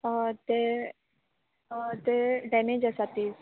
तें तें डॅमेज आसा पीस